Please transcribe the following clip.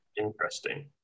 interesting